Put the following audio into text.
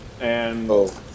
And-